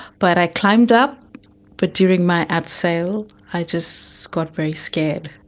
but i climbed up but during my abseil i just got very scared,